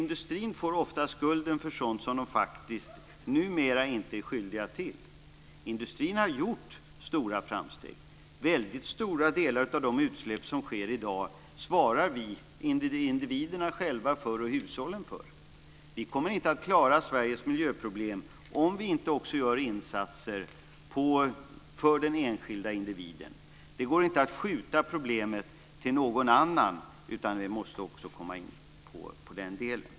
Industrin får ofta skulden för sådant som man numera inte är skyldig till. Industrin har gjort stora framsteg. Väldigt stora delar av de utsläpp som sker i dag svarar vi, individerna och hushållen, själva för. Vi kommer inte att klara Sveriges miljöproblem om vi inte också gör insatser som riktar sig till den enskilda individen. Det går inte att skjuta problemet till någon annan, utan vi måste också komma in på den delen.